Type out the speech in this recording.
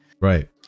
right